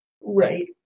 Right